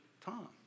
Tom